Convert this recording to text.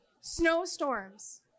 Snowstorms